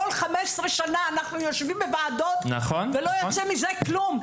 כל 15 שנה אנחנו יושבים בוועדות ולא יוצא מזה כלום.